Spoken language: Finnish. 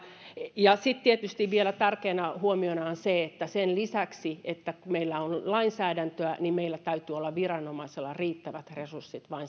sitten tietysti vielä tärkeänä huomiona on se että sen lisäksi että meillä on lainsäädäntöä niin meidän viranomaisillamme täytyy olla riittävät resurssit